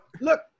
Look